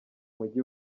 mujyi